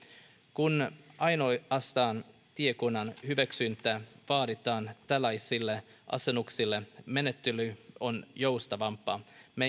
kun ainoastaan tiekunnan hyväksyntä vaaditaan tällaisille asennuksille menettely on joustavampaa